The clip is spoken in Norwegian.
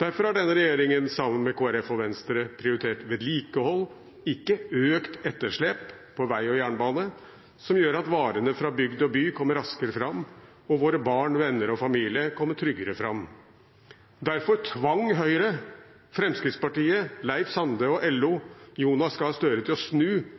Derfor har denne regjeringen sammen med Kristelig Folkeparti og Venstre prioritert vedlikehold, ikke økt etterslep, på vei og jernbane, som gjør at varene fra bygd og by kommer raskere fram, og våre barn, venner og familie kommer tryggere fram. Derfor tvang Høyre, Fremskrittspartiet, Leif Sande og LO Jonas Gahr Støre til å snu